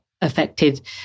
affected